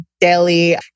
daily